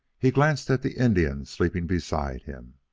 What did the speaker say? he glanced at the indian sleeping beside him,